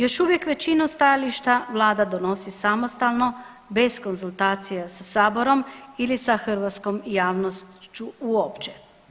Još uvijek većinu stajališta vlada donosi samostalno bez konzultacija sa saborom ili sa hrvatskom javnošću uopće.